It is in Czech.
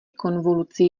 konvolucí